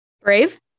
Brave